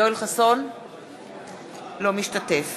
אינו משתתף